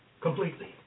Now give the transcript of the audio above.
completely